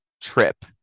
trip